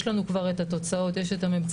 יש לנו כבר את התוצאות, את הממצאים.